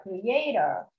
creator